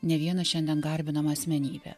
ne vieną šiandien garbinamą asmenybę